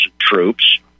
troops